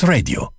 Radio